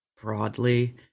broadly